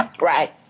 right